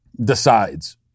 decides